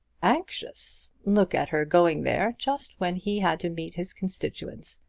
anxious look at her going there just when he had to meet his constituents.